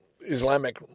Islamic